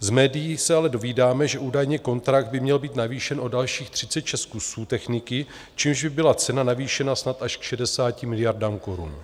Z médií se ale dovídáme, že údajně kontrakt by měl být navýšen o dalších 36 kusů techniky, čímž by byla cena navýšena snad až k 60 miliardám korun.